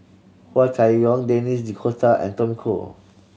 Hua Chai Yong Denis D'Cotta and Tommy Koh